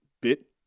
bit